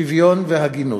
שוויון והגינות.